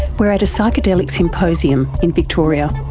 we're at a psychedelic symposium in victoria.